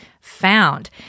found